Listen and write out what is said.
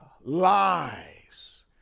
lies